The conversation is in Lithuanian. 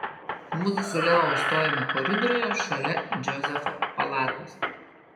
mudu su leo stovime koridoriuje šalia džozefo palatos